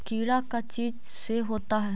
कीड़ा का चीज से होता है?